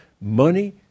money